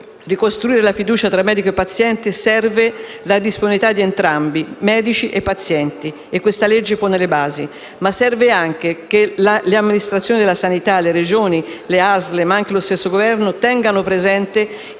ricostruire la fiducia tra medico e paziente, serve la disponibilità di entrambi, medici e pazienti, e questa legge pone le basi. Ma serve anche che le amministrazioni della sanità, le Regioni, le ASL, ma anche lo stesso Governo tengano presente